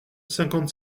cinquante